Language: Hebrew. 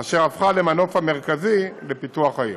אשר הפכה למנוף המרכזי לפיתוח העיר.